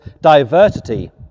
diversity